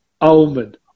Almond